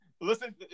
listen